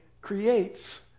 creates